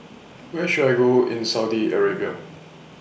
Where should I Go in Saudi Arabia